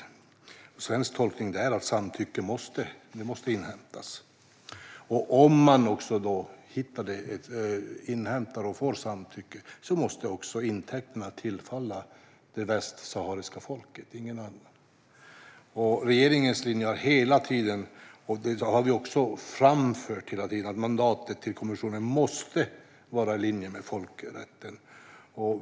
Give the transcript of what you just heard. Den svenska tolkningen är att samtycke måste inhämtas, och om man inhämtar och får samtycke måste också intäkterna tillfalla det västsahariska folket och ingen annan. Regeringens linje har hela tiden varit, och det har vi också framfört hela tiden, att mandatet till kommissionen måste vara i linje med folkrätten.